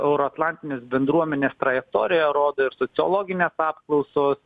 euroatlantinės bendruomenės trajektoriją rodo ir sociologinės apklausos